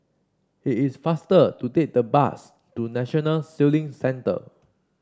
it is faster to take the bus to National Sailing Centre